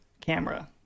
camera